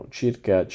circa